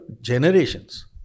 generations